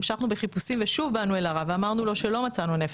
המשכנו בחיפושים ושוב באנו אל הרב ואמרנו לו שלא מצאנו נפט.